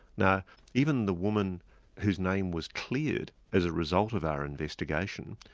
now even the woman whose name was cleared as a result of our investigation,